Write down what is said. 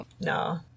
No